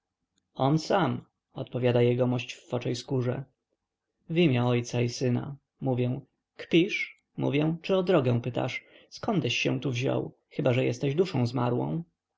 on sam odpowiada jegomość w foczej skórze w imię ojca i syna mówię kpisz mówię czy o drogę pytasz zkądeś się tu wziął chyba że jesteś duszą zmarłą